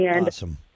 awesome